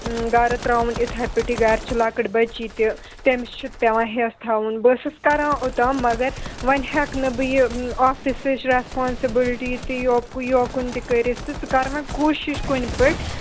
گَرٕ ترٛاوُن یِتھَے پٲٹھی گَرِ چھِ لۄکٕٹ بٔچی تہِ تٔمِس چھِ پٮ۪وان ہٮ۪س تھاوُن بہٕ ٲسٕس کَران اوٚتام مگر وۄنۍ ہٮ۪کہٕ نہٕ بہٕ یہِ آفِسٕچ رٮ۪سپانسٕبٕلٹی تہِ یوکُہ یوکُن تہِ کٔرِتھ تہِ ژٕ کَر وۄنۍ کوٗشِش کُنہِ پٲٹھۍ